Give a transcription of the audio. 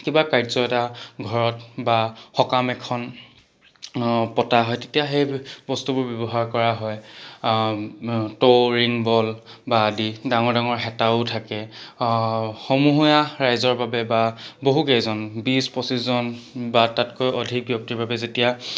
কিবা কাৰ্য এটা ঘৰত বা সকাম এখন পতা হয় তেতিয়া সেই বস্তুবোৰ ব্যৱহাৰ কৰা হয় টৌ ৰিংবল বা আদি ডাঙৰ ডাঙৰ হেতাও থাকে সমূহীয়া ৰাইজৰ বাবে বা বহুকেইজন বিশ পঁচিছজন বা তাতকৈ অধিক ব্যক্তিৰ বাবে যেতিয়া